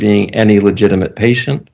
being any legitimate patient